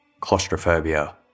Claustrophobia